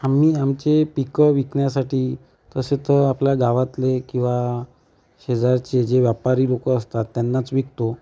आम्ही आमचे पिकं विकण्यासाठी तसे तर आपल्या गावातले किंवा शेजारचे जे व्यापारी लोक असतात त्यांनाच विकतो